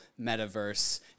metaverse